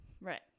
right